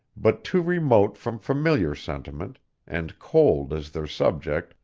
but too remote from familiar sentiment, and cold as their subject,